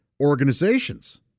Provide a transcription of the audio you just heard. organizations